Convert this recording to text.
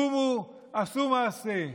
קומו, עשו מעשה.